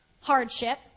hardship